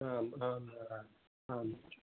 आम् आम् आम्